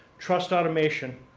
trust automation,